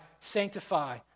sanctify